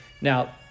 now